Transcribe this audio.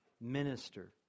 minister